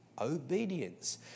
obedience